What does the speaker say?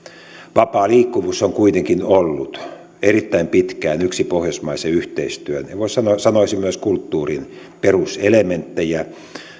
vapaa liikkuvuus on kuitenkin ollut erittäin pitkään yksi pohjoismaisen yhteistyön sanoisin myös kulttuurin peruselementtejä